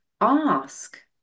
ask